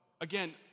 Again